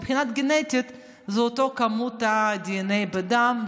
מבחינה גנטית זו אותה כמות דנ"א בדם,